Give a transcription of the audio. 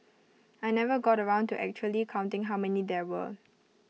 I never got around to actually counting how many there were